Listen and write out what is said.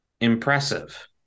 impressive